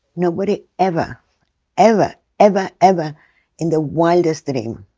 nobody ever ever ever ever in the wildest dream